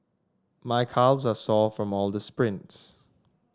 my calves are sore from all the sprints